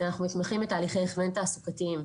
אנחנו מתמחים בתהליכי הכוון תעסוקתיים.